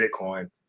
Bitcoin